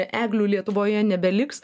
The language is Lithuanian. eglių lietuvoje nebeliks